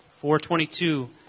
4.22